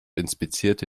inspizierte